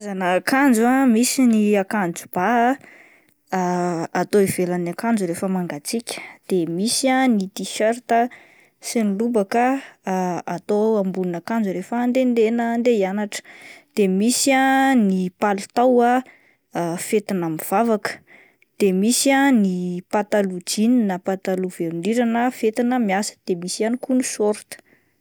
Karazana akanjo ah misy ny akanjo ba atao ivelan'ny akanjo rehefa mangatsiaka, de misy ah ny tiserta sy ny lobaka atao ambonina akano rehefa andendeha na andeha hianatra, de misy ny palitao ah fetina mivavaka, de misy ah ny pataloha jeans pataloha velondrirana fetina miasa de misy ihany koa ny sôrta.